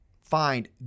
find